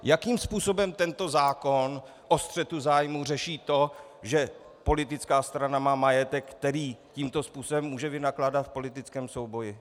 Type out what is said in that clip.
Jakým způsobem tento zákon o střetu zájmů řeší to, že politická strana má majetek, který tímto způsobem může vynakládat v politickém souboji?